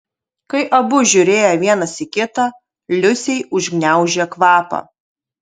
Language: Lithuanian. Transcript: kai abu žiūrėjo vienas į kitą liusei užgniaužė kvapą